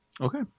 Okay